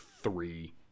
three